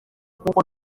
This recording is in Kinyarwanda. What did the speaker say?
kuko